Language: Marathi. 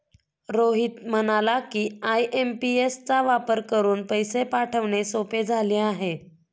रोहित म्हणाला की, आय.एम.पी.एस चा वापर करून पैसे पाठवणे सोपे झाले आहे